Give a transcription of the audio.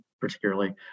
particularly